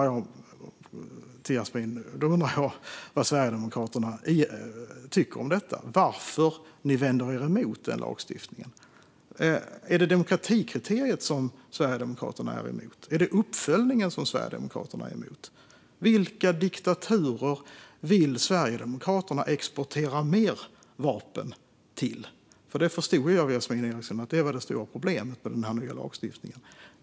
Jag undrar vad Sverigedemokraterna tycker om detta. Varför vänder man sig emot den här lagstiftningen? Är det demokratikriteriet som Sverigedemokraterna är emot? Är det uppföljningen som Sverigedemokraterna är emot? Vilka diktaturer vill Sverigedemokraterna exportera mer vapen till? Jag förstod av Yasmine Erikssons anförande att detta var det stora problemet med den nya lagstiftningen.